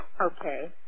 Okay